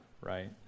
right